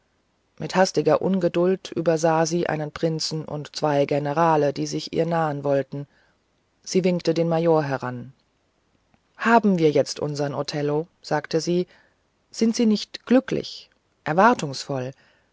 mit hastiger ungeduld übersah sie einen prinzen und zwei generale die sich ihr nahen wollten sie winkte den major heran haben wir jetzt unsern othello sagte sie sind sie nicht auch glücklich erwartungsvoll